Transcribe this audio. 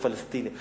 פלסטיני.